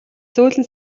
зөөлөн